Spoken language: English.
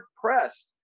pressed